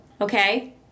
Okay